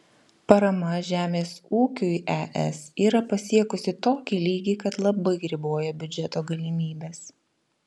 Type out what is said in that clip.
parama žemės ūkiui es yra pasiekusį tokį lygį kad labai riboja biudžeto galimybes